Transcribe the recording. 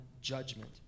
judgment